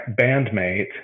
bandmate